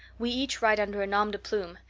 we each write under a nom-de-plume.